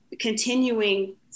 continuing